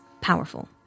powerful